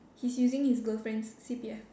he's using his girlfriend's C_P_F